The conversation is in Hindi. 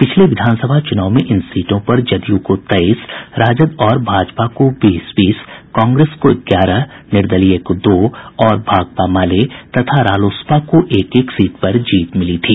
पिछले विधानसभा चुनाव में इन सीटों पर जदूय को तेईस राजद और भाजपा को बीस बीस कांग्रेस को ग्यारह निर्दलीय को दो और भाकपा माले तथा रालोसपा को एक एक सीट पर जीत मिली थी